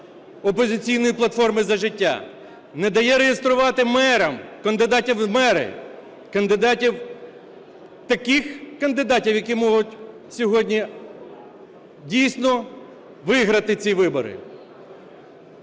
"Опозиційної платформи – За життя", не дає реєструвати кандидатів в мери, таких кандидатів, які можуть сьогодні дійсно виграти ці вибори.